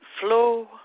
Flow